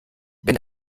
wenn